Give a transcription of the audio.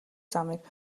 замыг